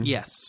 Yes